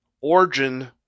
origin